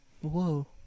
Whoa